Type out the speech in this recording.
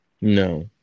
No